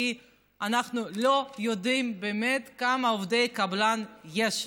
כי אנחנו לא יודעים באמת כמה עובדי קבלן יש לנו,